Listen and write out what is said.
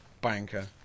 banker